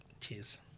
Cheers